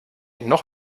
noch